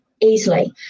easily